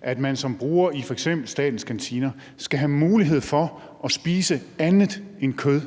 at man som bruger i f.eks. statens kantiner skal have en mulighed for at spise andet end kød